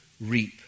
reap